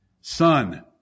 Son